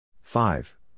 Five